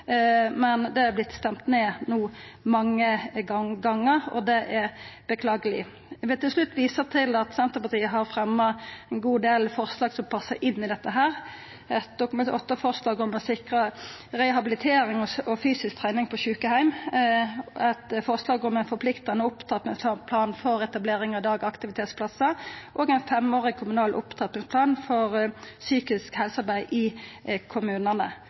men det er vorte stemt ned mange gonger, og det er beklageleg. Eg vil til slutt visa til at Senterpartiet har fremja ein god del forslag som passar inn i dette – eit Dokument 8-forslag om å sikra rehabilitering og fysisk trening på sjukeheim, forslag om ein forpliktande opptrappingsplan for etablering av dagaktivitetsplassar, og ein femårig kommunal opptrappingsplan for psykisk helsearbeid i kommunane.